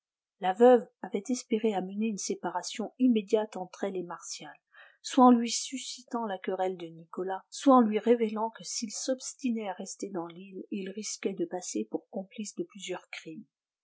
la veuve avait espéré amener une séparation immédiate entre elle et martial soit en lui suscitant la querelle de nicolas soit en lui révélant que s'il s'obstinait à rester dans l'île il risquait de passer pour complice de plusieurs crimes